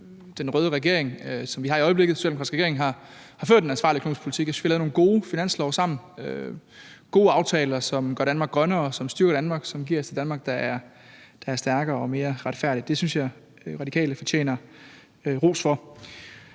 den røde regering, som vi har i øjeblikket – den socialdemokratiske regering – har ført en ansvarlig økonomisk politik. Jeg synes, vi har lavet nogle gode finanslove sammen, gode aftaler, som gør Danmark grønnere, og som styrker Danmark – som giver os et Danmark, der er stærkere og mere retfærdigt. Det synes jeg Radikale fortjener ros for.